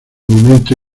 momento